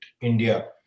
India